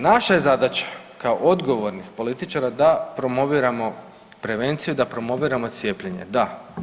Naša je zadaća kao odgovornih političara da promoviramo prevenciju i da promoviramo cijepljenje, da.